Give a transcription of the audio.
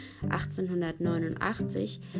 1889